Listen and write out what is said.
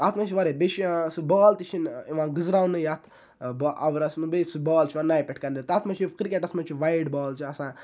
اَتھ مَنٛز چھِ واریاہ بیٚیہِ چھُ سُہ بال تہٕ چھنہٕ یِوان گنزراونہٕ یَتھ اَورَس مَنٛز بیٚیہِ سُہ بال چھِ یِوان نیہِ پٮ۪ٹھ کَرنہٕ تَتھ مَنٛز چھُ کرکَٹَس مَنٛز چھُ وَیڈ بال چھِ آسان